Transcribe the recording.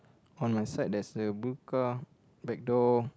on my side there's a blue car back door